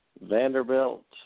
Vanderbilt